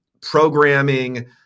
programming